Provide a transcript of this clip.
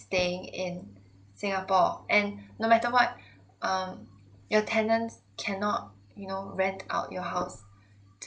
staying in singapore and no matter what um your tenants cannot you know rent out your house